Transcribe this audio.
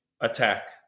attack